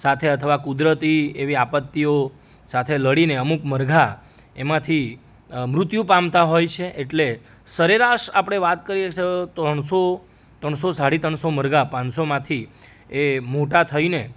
સાથે કુદરતી એવી આપત્તિઓ સાથે લડીને અમુક મરઘા એમાંથી મૃત્યુ પામતા હોય છે એટલે સરેરાશ આપણે વાત કરીએ તો ત્રણસો ત્રણસો સાળી ત્રણસો મુરઘા પાંચસોમાંથી એ મોટા થઈને